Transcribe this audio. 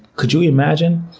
could you imagine?